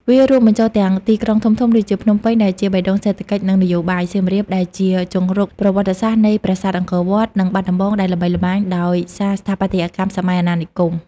វារួមបញ្ចូលទាំង ទីក្រុងធំៗ ដូចជាភ្នំពេញ ដែលជាបេះដូងសេដ្ឋកិច្ចនិងនយោបាយ សៀមរាបដែលជាជង្រុកប្រវត្តិសាស្ត្រនៃប្រាសាទអង្គរវត្ត និងបាត់ដំបង ដែលល្បីល្បាញដោយសារស្ថាបត្យកម្មសម័យអាណានិគម។